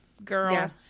girl